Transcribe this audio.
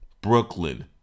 Brooklyn